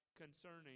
concerning